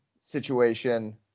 situation